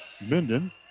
Minden